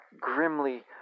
grimly